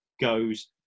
goes